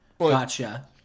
Gotcha